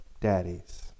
daddies